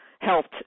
helped